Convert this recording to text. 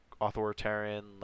authoritarian